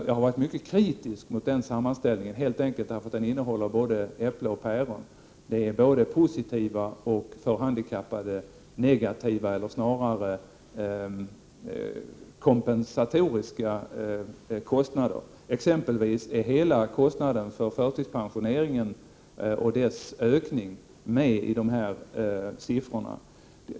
Jag har varit mycket kritisk mot sådana sammanställningar helt enkelt därför att de innehåller både äpplen och päron, de innehåller både positiva och för handikappade negativa eller snarare kompensatoriska kostnader. Exempelvis är hela kostnaden för förtidspensioneringen och dess ökning med i dessa siffror.